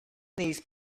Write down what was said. these